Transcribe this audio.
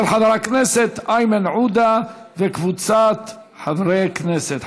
של חבר הכנסת איימן עודה וקבוצת חברי הכנסת.